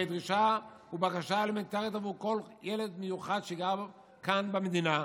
זו הרי דרישה ובקשה אלמנטרית עבור כל ילד מיוחד שגר כאן במדינה,